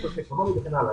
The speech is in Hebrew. הסוציו-אקונומי וכן הלאה,